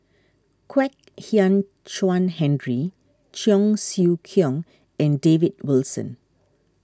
Kwek Hian Chuan Henry Cheong Siew Keong and David Wilson